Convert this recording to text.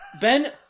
Ben